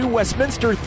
Westminster